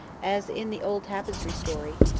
as in the old tapestry story,